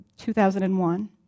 2001